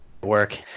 work